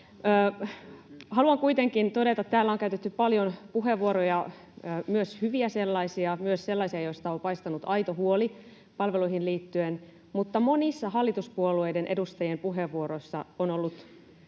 Haluan kuitenkin todeta, että kun täällä on käytetty paljon puheenvuoroja, myös hyviä sellaisia, myös sellaisia, joista on paistanut aito huoli palveluihin liittyen, niin monet hallituspuolueiden edustajien puheenvuorot ovat